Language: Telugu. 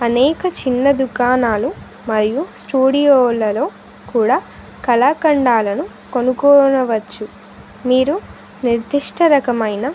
అనేక చిన్న దుకాణాలు మరియు స్టూడియోలలో కూడా కళాఖండాలను కొనుక్కోవచ్చు మీరు నిర్దిష్ట రకమైన